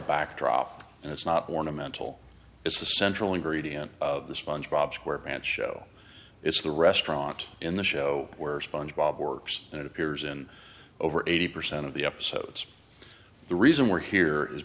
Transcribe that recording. backdrop and it's not born a mental it's the central ingredient of the sponge bob square pants show it's the restaurant in the show where sponge bob works and it appears in over eighty percent of the episodes the reason we're here is